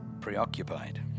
preoccupied